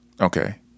Okay